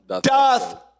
Doth